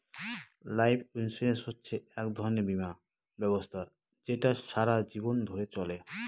life insurance হচ্ছে এক ধরনের বীমা ব্যবস্থা যেটা সারা জীবন ধরে চলে